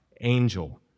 angel